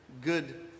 good